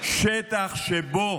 שטח שבו